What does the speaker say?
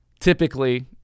typically